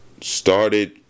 started